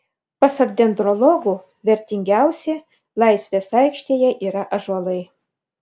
pasak dendrologų vertingiausi laisvės aikštėje yra ąžuolai